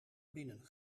binnen